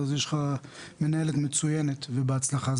אז יש לך מנהלת מצוינת ובהצלחה.